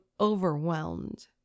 overwhelmed